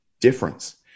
difference